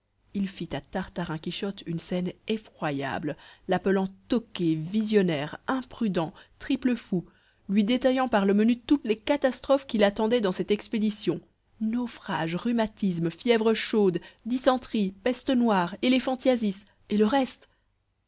il fit à tartarin quichotte une scène effroyable l'appelant toqué visionnaire imprudent triple fou lui détaillant par le menu toutes les catastrophes qui l'attendaient dans cette expédition naufrages rhumatismes fièvres chaudes dysenteries peste noire éléphantiasis et le reste